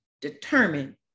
determine